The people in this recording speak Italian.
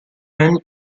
man